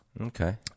Okay